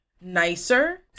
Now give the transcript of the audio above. nicer